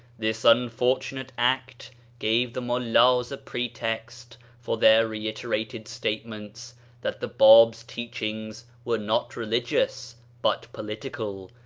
this unfortunate act gave the mullahs a pretext for their reiterated statements that the bab's teach ings were not religious, but political,